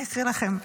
אני אקריא לכם.